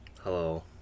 Hello